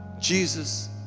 Jesus